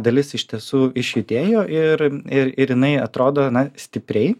dalis iš tiesų išjudėjo ir ir ir jinai atrodo na stipriai